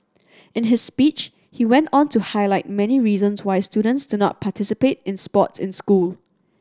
in his speech he went on to highlight many reasons why students do not participate in sports in school